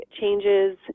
changes